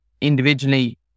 individually